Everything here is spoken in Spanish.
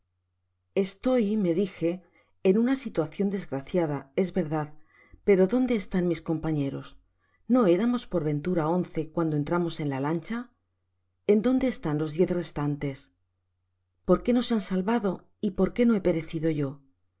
estoy me dije en una situacion desgraciada es verdad pero donde estan mis compañeros no éramos por ventura once cuando entramos en la lancha en dónde estan los diez restantes por qué no se han salvado y por qué no he perecido yo por